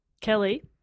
Kelly